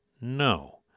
No